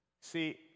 see